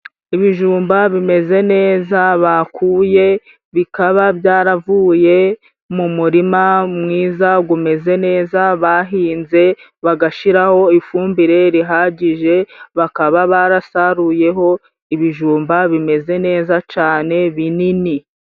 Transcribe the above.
Ibijumba bimeze neza bakuye, bikaba byaravuye mu murima mwiza gumeze neza. Bahinze bagashiraho ifumbire rihagije bakaba barasaruyeho, ibijumba bimeze neza cane binini.